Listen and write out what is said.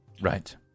Right